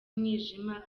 umwijima